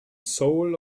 soul